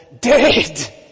dead